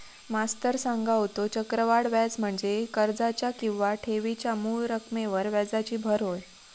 मास्तर सांगा होतो, चक्रवाढ व्याज म्हणजे कर्जाच्या किंवा ठेवीच्या मूळ रकमेवर व्याजाची भर होय